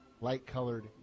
light-colored